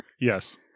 Yes